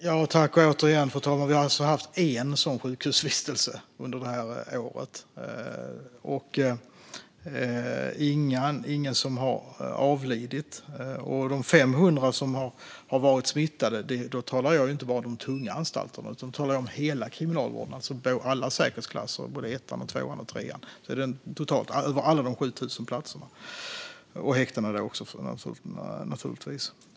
Fru talman! Vi har alltså haft en sådan sjukhusvistelse under det här året. Vi har inte haft någon som har avlidit. När det gäller de 500 personer som har varit smittade talar jag inte bara om de tunga anstalterna utan om hela kriminalvården och om alla säkerhetsklasser - både ettan, tvåan och trean. Detta gäller alltså alla de 7 000 platserna, och naturligtvis också häktena.